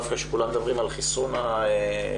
דווקא כשכולם מדברים על חיסון הקורונה,